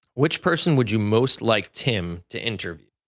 which person would you most like tim to interview?